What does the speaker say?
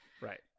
right